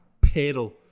pedal